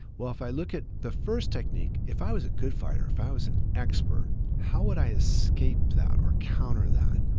well, if i look at the first technique, if i was a good fighter, if i was an expert, how would i escape that or counter that?